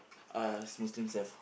us Muslims have